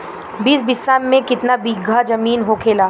बीस बिस्सा में कितना बिघा जमीन होखेला?